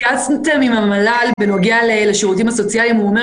התייעצתם עם נציג המל"ל בנוגע לשירותים הסוציאליים והוא אומר